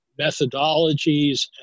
methodologies